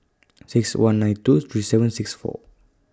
six one nine two three seven six four